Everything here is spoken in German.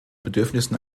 bedürfnissen